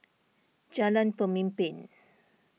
Jalan Pemimpin